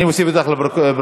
אני מוסיף אותך לפרוטוקול.